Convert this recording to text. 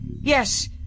Yes